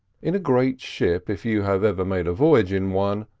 in a great ship, if you have ever made a voyage in one,